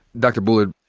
dr. bullard,